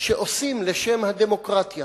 שעושים לשם הדמוקרטיה